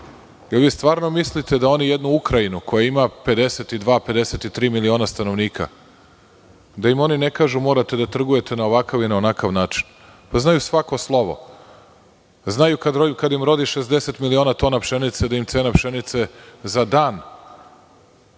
Da li stvarno mislite da oni jednu Ukrajinu koja ima 53 stanovnika, ne kažu da moraju da trguju na ovakav ili onakav način? Znaju svako slovo. Znaju kada im rodi 60 miliona tona pšenice da im cena pšenice za dan